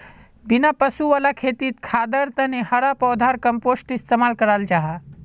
बिना पशु वाला खेतित खादर तने हरा पौधार कम्पोस्ट इस्तेमाल कराल जाहा